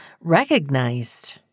recognized